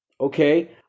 okay